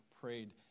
prayed